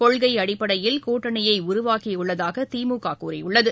கொள்கை அடிப்படையில் கூட்டணியை உருவாக்கி உள்ளதாக திமுக கூறியுள்ளது